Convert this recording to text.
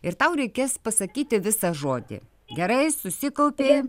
ir tau reikės pasakyti visą žodį gerai susikaupei